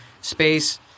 space